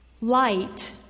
Light